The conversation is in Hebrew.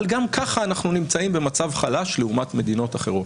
אבל גם ככה אנחנו נמצאים במצב חלש לעומת מדינות אחרות.